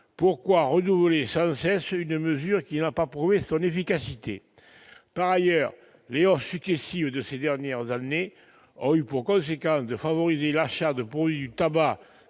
pourquoi renouveler sans cesse une mesure qui n'a pas prouvé son efficacité ? Ensuite, les hausses successives de ces dernières années ont eu pour conséquence de favoriser l'achat de produits du tabac